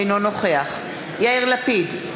אינו נוכח יאיר לפיד,